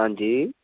हां जी